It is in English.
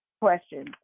question